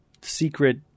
secret